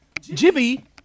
Jimmy